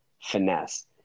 finesse